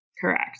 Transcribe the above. Correct